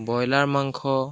broiler মাংস